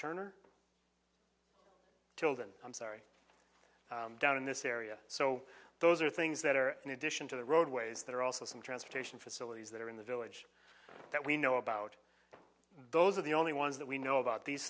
turner children i'm sorry down in this area so those are things that are in addition to the roadways that are also some transportation facilities that are in the village that we know about those are the only ones that we know about these